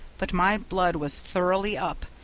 but my blood was thoroughly up,